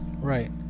Right